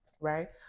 right